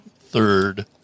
Third